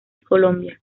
colombia